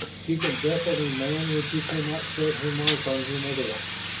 she can deafen a man when she cannot set her mark on him otherwise.